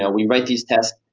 ah we write these tests,